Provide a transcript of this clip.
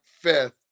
fifth